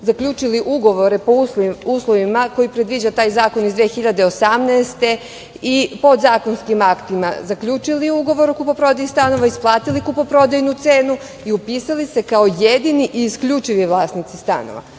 zaključili ugovore po uslovima koji predviđaju taj zakon iz 2018. i podzakonskim aktima zaključili ugovor o kupoprodaji stanova, isplatili kupoprodajnu cenu i upisali se kao jedini i isključivi vlasnici stanova.